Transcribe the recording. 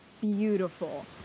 beautiful